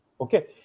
Okay